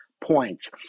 points